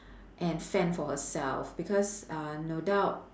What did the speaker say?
and fend for herself because uh no doubt